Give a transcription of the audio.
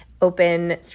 open